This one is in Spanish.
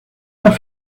una